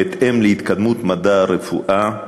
בהתאם להתקדמות מדע הרפואה,